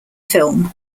film